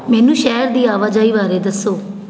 ਮੈਨੂੰ ਸ਼ਹਿਰ ਦੀ ਆਵਾਜਾਈ ਬਾਰੇ ਦੱਸੋ